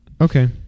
Okay